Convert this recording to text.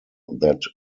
that